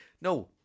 no